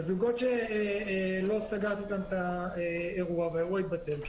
לזוגות שלא סגרתי איתם את האירוע והאירוע התבטל.